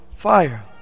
fire